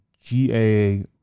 GA